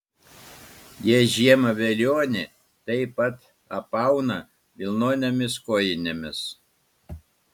jie žiemą velionį taip pat apauna vilnonėmis kojinėmis